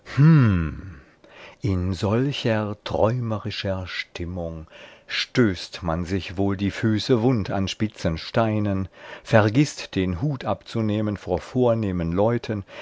in solcher träumerischer stimmung stößt man sich wohl die füße wund an spitzen steinen vergißt den hut abzunehmen vor vornehmen leuten